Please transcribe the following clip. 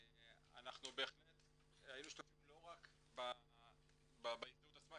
אנחנו בהחלט היינו שותפים לא רק בהזדהות עצמה,